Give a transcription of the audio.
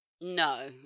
No